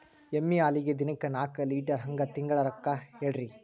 ಎಮ್ಮಿ ಹಾಲಿಗಿ ದಿನಕ್ಕ ನಾಕ ಲೀಟರ್ ಹಂಗ ತಿಂಗಳ ಲೆಕ್ಕ ಹೇಳ್ರಿ?